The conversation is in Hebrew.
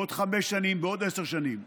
בעוד חמש שנים, בעוד עשר שנים,